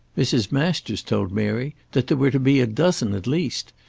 mrs. masters told mary that there were to be a dozen at least,